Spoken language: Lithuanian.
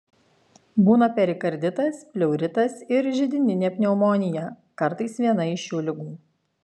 būna perikarditas pleuritas ir židininė pneumonija kartais viena iš šių ligų